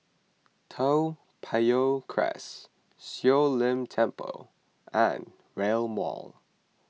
Toa Payoh Crest Siong Lim Temple and Rail Mall